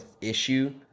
issue